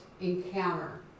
encounter